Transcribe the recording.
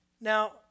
now